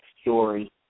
story